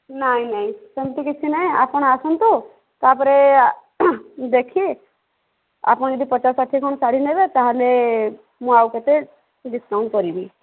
ନାଇଁ ନାଇଁ ସେମିତି କିଛି ନାହିଁ ଆପଣ ଆସନ୍ତୁ ତାପରେ ଦେଖି ଆପଣ ଯଦି ପଚାଶ ଷାଠିଏ କ'ଣ ଶାଢ଼ୀ ନେବେ ତାହେଲେ ମୁଁ ଆଉ କେତେ ଡିସ୍କାଉଣ୍ଟ କରିବି